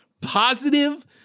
positive